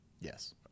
yes